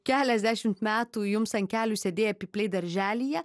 keliasdešimt metų jums ant kelių sėdėję pypliai darželyje